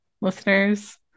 listeners